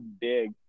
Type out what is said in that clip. big